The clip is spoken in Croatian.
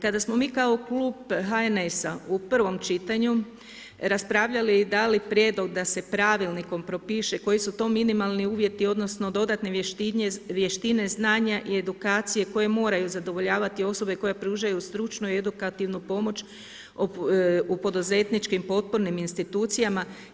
Kada smo mi kao klub HNS-a u prvom čitanju raspravljali da li prijedlog da se pravilnikom propiše, koji su to minimalni uvjeti odnosno dodatne vještine znanja i edukacije koje moraju zadovoljavati osobe koje pružaju stručnu i edukativnu pomoć u poduzetničkim potpornim institucijama.